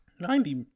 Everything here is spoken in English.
Ninety